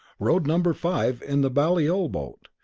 rowed number five in the balliol boat,